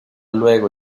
luego